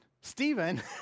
Stephen